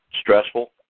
stressful